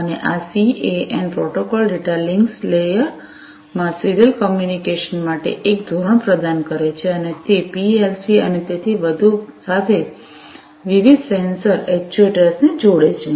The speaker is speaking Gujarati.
અને આ સીએએન પ્રોટોકોલ ડેટા લિંક્સ લેયરમાં સીરીયલ કમ્યુનિકેશન માટે એક ધોરણ પ્રદાન કરે છે અને તે પીએલસી અને તેથી વધુ સાથે વિવિધ સેન્સર એક્ટ્યુએટર્સને જોડે છે